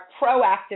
proactive